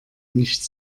nicht